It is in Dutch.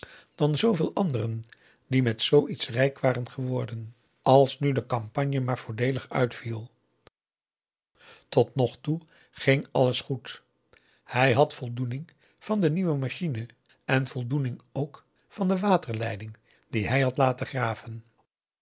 dan zooveel anderen die met zoo iets rijk waren augusta de wit orpheus in de dessa geworden als nu de campagne maar voordeelig uitviel tot nog toe ging alles goed hij had voldoening van de nieuwe machine en voldoening ook van de waterleiding die hij had laten graven